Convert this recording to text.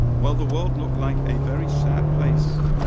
well, the world looked like a very sad place.